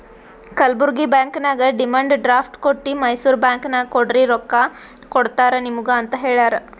Kalburgi bank ನಾಗ್ demand draft ಕೊಟ್ಟಿ Mysore bank ನಾಗ್ ಕೊಡ್ರಿ ರೊಕ್ಕಾ ಕೊಡ್ತಾರ ನಿಮುಗ ಅಂತ್ ಹೇಳ್ಯಾರ್